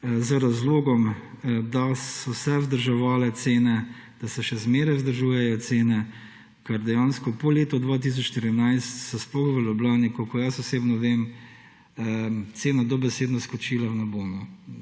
z razlogom, da so se vzdrževale cene, da se še zmeraj vzdržujejo cene, ker dejansko po letu 2013 so sploh v Ljubljani, kolikor osebno vem, cene dobesedno skočile v nebo.